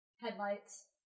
Headlights